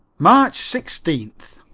march sixteenth.